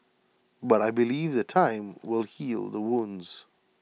but I believe that time will heal the wounds